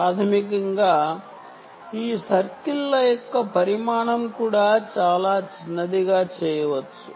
ప్రాథమికంగా ఈ సర్కిల్ల యొక్క పరిమాణం కూడా చాలా చిన్నదిగా చేయవచ్చు